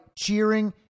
cheering